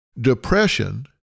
depression